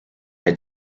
had